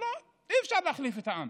אי-אפשר להחליף את העם,